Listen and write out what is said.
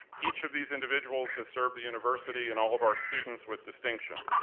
each of these individuals has served the university and all of our students with distinction.